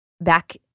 back